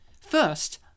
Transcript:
first